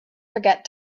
forget